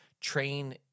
train